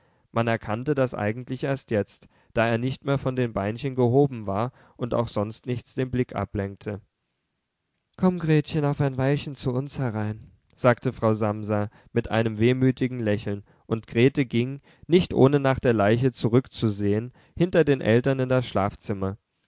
man erkannte das eigentlich erst jetzt da er nicht mehr von den beinchen gehoben war und auch sonst nichts den blick ablenkte komm grete auf ein weilchen zu uns herein sagte frau samsa mit einem wehmütigen lächeln und grete ging nicht ohne nach der leiche zurückzusehen hinter den eltern in das schlafzimmer